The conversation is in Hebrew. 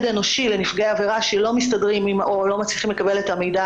אנושי לנפגעי עבירה שלא מסתדרים או לא מצליחים לקבל את המידע